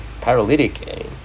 paralytic